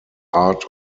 art